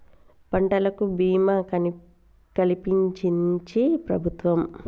పంటలకు భీమా కలిపించించి ప్రభుత్వం